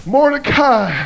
Mordecai